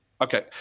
Okay